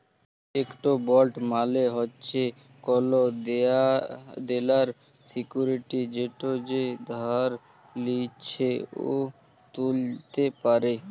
ইকট বল্ড মালে হছে কল দেলার সিক্যুরিটি যেট যে ধার লিছে উ তুলতে পারে